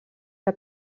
que